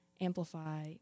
amplify